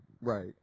Right